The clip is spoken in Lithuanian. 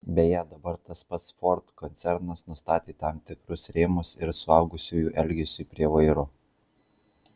beje dabar tas pats ford koncernas nustatė tam tikrus rėmus ir suaugusiųjų elgesiui prie vairo